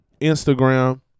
Instagram